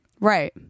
Right